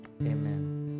amen